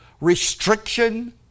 restriction